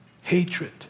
Hatred